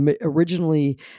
originally